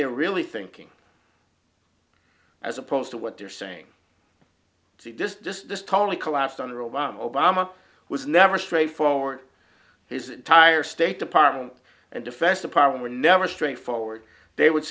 they're really thinking as opposed to what they're saying to just totally collapsed under obama obama was never straightforward his entire state department and defense department were never straightforward they would